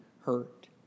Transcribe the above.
hurt